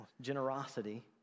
generosity